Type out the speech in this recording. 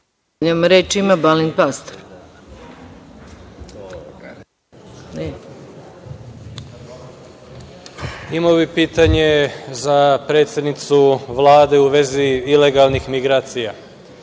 Imao bih pitanje za predsednicu Vlade u vezi ilegalnih migracija.